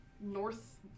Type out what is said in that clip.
north